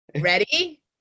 Ready